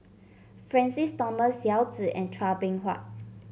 Francis Thomas Yao Zi and Chua Beng Huat